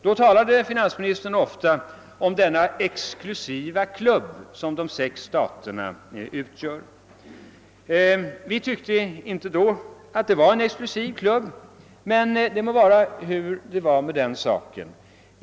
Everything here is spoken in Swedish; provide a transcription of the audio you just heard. Då talade han ganska ofta om den exklusiva klubb som de sex staterna utgör. Vi tyckte inte att det var en exklusiv klubb men det må förhålla sig hur som helst med den saken.